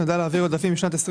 לעכב הצבעה בשביל